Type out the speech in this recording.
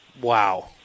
Wow